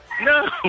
No